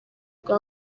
bwa